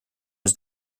was